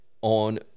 on